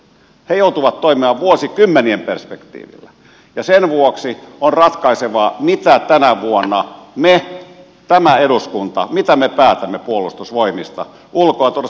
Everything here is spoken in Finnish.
he joutuvat toimimaan vuosikymmenien perspektiivillä ja sen vuoksi on ratkaisevaa mitä tänä vuonna me tämä eduskunta päätämme puolustusvoimista ulko ja turvallisuuspoliittisessa selonteossa